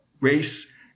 race